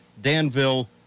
Danville